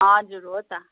हजुर हो त